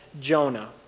Jonah